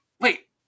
wait